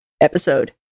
episode